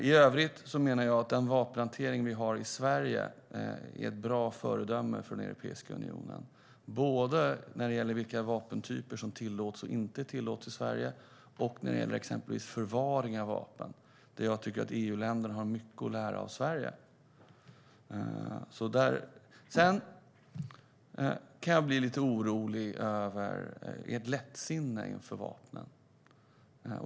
I övrigt menar jag att den vapenhantering vi har i Sverige är ett bra föredöme för Europeiska unionen, både när det gäller vilka vapentyper som tillåts och inte tillåts i Sverige och när det gäller exempelvis förvaring av vapen, där jag tycker att EU-länderna har mycket att lära av Sverige. Jag kan bli lite orolig över ert lättsinne inför vapnen.